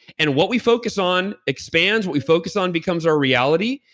and what we focus on expands, what we focus on becomes our reality.